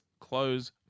Close